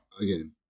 again